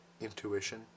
intuition